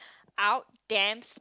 out damn